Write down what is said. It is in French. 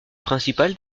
principal